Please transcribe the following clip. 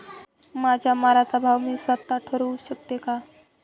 माझ्या मालाचा भाव मी स्वत: ठरवू शकते का?